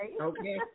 Okay